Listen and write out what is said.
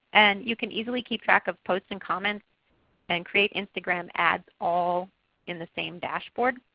and you can easily keep track of posts and comments and create instagram ads all in the same dashboard.